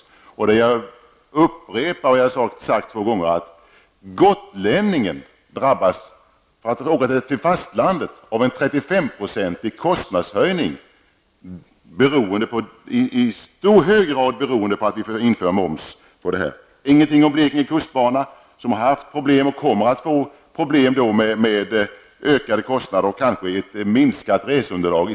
Jag vill ytterligare en gång upprepa det som jag redan har sagt två gånger, att gotlänningen drabbas av en 35 procentigkostnadsökning när han åker över till fastlandet. Detta beror i hög grad på införandet av denna moms. Statsrådet sade ingenting om Blekinge kustbana som har haft problem som kommer att förvärras genom ökade kostnader och ett minskat reseunderlag.